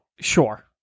Sure